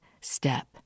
step